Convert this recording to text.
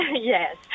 Yes